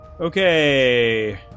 Okay